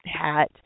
hat